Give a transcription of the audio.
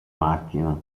macchina